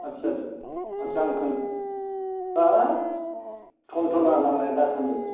आदसा आदसा हाब थनथना लामाया दासान्दि